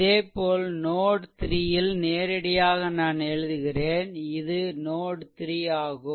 இதேபோல் நோட் 3 இல் நேரடியாக நான் எழுதுகிறேன் இது நோட் 3 ஆகும்